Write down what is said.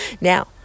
Now